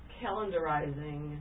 calendarizing